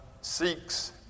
seeks